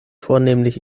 vornehmlich